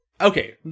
Okay